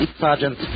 Sergeant